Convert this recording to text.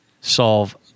solve